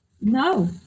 No